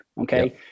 okay